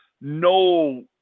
no